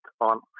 on